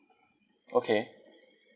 okay